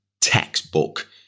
textbook